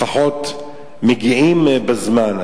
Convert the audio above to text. לפחות מגיעים בזמן.